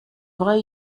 vrai